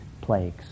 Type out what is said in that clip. plagues